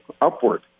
upward